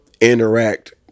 interact